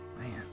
Man